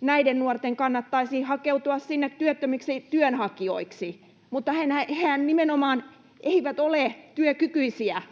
näiden nuorten kannattaisi hakeutua sinne työttömiksi työnhakijoiksi. Mutta hehän nimenomaan eivät ole työkykyisiä,